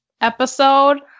episode